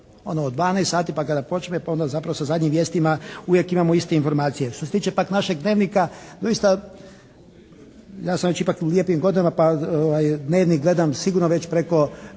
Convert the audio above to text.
ono od 12 sati pa kada počne pa onda zapravo sa zadnjim vijestima uvijek imamo iste informacije. Što se tiče pak našeg "Dnevnika" doista ja sam već ipak u lijepim godinama pa "Dnevnik" gledam sigurno već preko